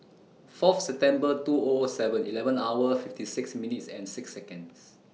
four of September two O O Seven Eleven hours fifty six minutes and six Seconds